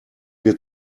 wir